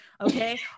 okay